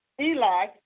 Eli